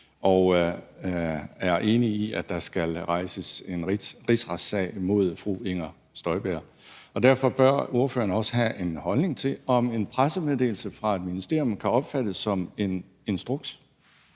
og er enig i, at der skal rejses en rigsretssag imod fru Inger Støjberg. Derfor bør ordføreren også have en holdning til, om en pressemeddelelse fra et ministerium kan opfattes som en instruks.